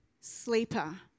sleeper